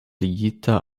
ligita